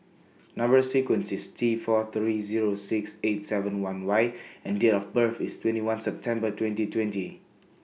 Number sequence IS T four three Zero six eight seven one Y and Date of birth IS twenty one September twenty twenty